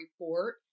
report